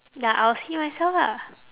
ya I will see myself lah